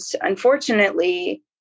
unfortunately